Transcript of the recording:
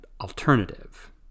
alternative